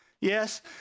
Yes